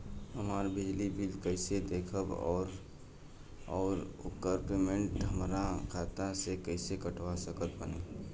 हमार बिजली बिल कईसे देखेमऔर आउर ओकर पेमेंट हमरा खाता से कईसे कटवा सकत बानी?